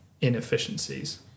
inefficiencies